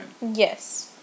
Yes